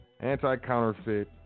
anti-counterfeit